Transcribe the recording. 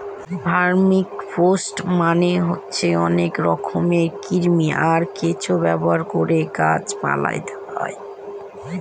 vermicompost মানে হচ্ছে অনেক রকমের কৃমি, আর কেঁচো ব্যবহার করে গাছ পালায় দেওয়া হয়